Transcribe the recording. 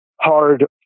hard